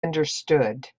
understood